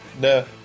No